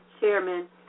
chairman